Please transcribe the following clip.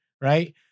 Right